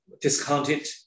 discounted